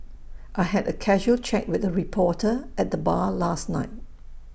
I had A casual chat with A reporter at the bar last night